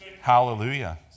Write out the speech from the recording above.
Hallelujah